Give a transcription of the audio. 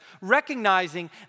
recognizing